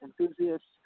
enthusiasts